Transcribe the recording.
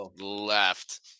left